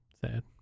sad